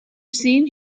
seen